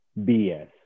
BS